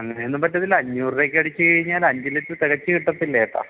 അങ്ങനെയൊന്നും പറ്റത്തില്ല അഞ്ഞൂറു രൂപയ്ക്ക് അടിച്ചുകഴിഞ്ഞാല് അഞ്ച് ലിറ്റര് തികച്ചു കിട്ടത്തില്ലേട്ടാ